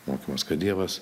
mokymas kad dievas